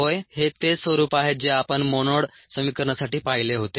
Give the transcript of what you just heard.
होय हे तेच स्वरूप आहे जे आपण मोनोड समीकरणासाठी पाहिले होते